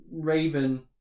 raven